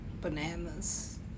bananas